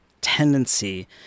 tendency